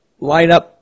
lineup